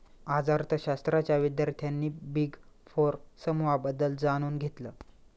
आज अर्थशास्त्राच्या विद्यार्थ्यांनी बिग फोर समूहाबद्दल जाणून घेतलं